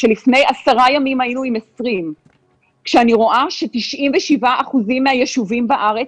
כשלפני 10 ימים היינו עם 20. כשאני רואה ש-97% מהיישובים בארץ,